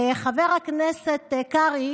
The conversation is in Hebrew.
וחבר הכנסת קרעי